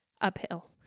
uphill